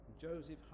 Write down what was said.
Joseph